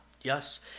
yes